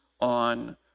on